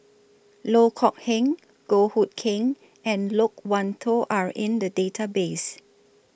Loh Kok Heng Goh Hood Keng and Loke Wan Tho Are in The Database